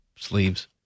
sleeves